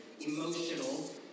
emotional